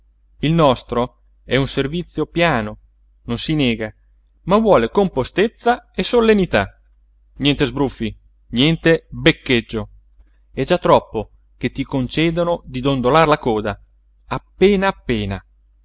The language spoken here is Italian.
il nostro è un servizio piano non si nega ma vuole compostezza e solennità niente sbruffi niente beccheggio è già troppo che ti concedano di dondolar la coda appena appena